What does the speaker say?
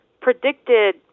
predicted